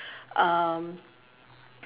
um